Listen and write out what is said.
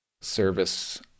service